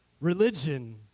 religion